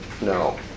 No